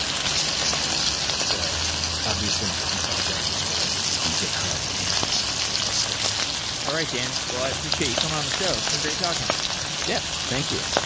could use all the suggestions. it's ah obviously an open project as well on github and elsewhere all right dan, well i appreciate you coming on the show, it's been great talking yes, thank you.